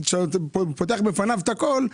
אתה פותח בפניו את הכול,